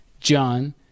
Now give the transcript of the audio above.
John